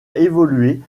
évolué